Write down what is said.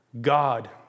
God